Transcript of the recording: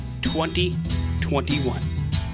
2021